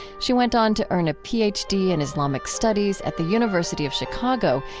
she went on to earn a ph d. in islamic studies at the university of chicago,